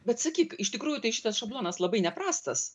bet sakyk iš tikrųjų tai šitas šablonas labai neprastas